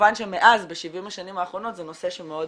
כמובן שמאז ב-70 השנים האחרונות זה נושא שמאוד